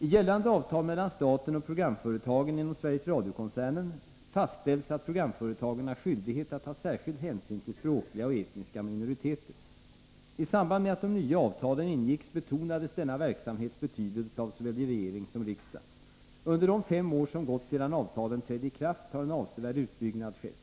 I gällande avtal mellan staten och programföretagen inom Sveriges Radio-koncernen fastställs att programföretagen har skyldighet att ta särskild hänsyn till språkliga och etniska minoriteter. I samband med att de nya avtalen ingicks betonades denna verksamhets betydelse av såväl regering som riksdag. Under de fem år som gått sedan avtalen trädde i kraft har en avsevärd utbyggnad skett.